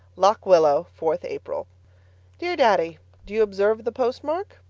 lock willow, fourth april dear daddy, do you observe the postmark?